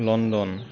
London